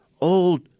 old